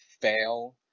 fail